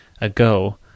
ago